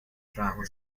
trabajo